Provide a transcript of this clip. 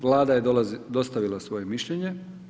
Vlada je dostavila svoje mišljenje.